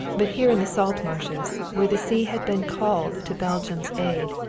but here in the salt marshes, where the sea had been called to belgium's aid,